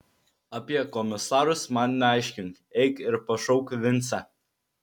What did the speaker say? apie komisarus man neaiškink eik ir pašauk vincę